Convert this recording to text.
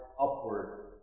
upward